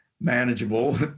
manageable